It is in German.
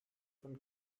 von